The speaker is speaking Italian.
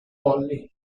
holly